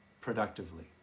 productively